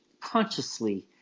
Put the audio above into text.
consciously